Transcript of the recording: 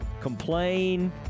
complain